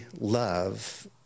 love